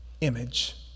image